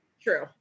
True